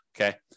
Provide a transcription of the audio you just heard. okay